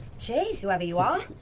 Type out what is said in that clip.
cheers, whoever you are.